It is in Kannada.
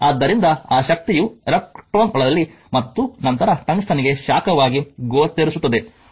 ಆದ್ದರಿಂದ ಆ ಶಕ್ತಿಯು ಎಲೆಕ್ಟ್ರಾನ್ಗಳಲ್ಲಿ ಮತ್ತು ನಂತರ ಟಂಗ್ಸ್ಟನ್ಗೆ ಶಾಖವಾಗಿ ಗೋಚರಿಸುತ್ತದೆ